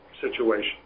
situation